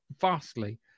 vastly